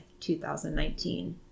2019